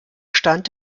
stand